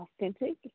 authentic